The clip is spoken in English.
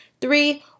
Three